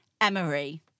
Emery